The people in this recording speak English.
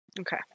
Okay